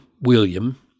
William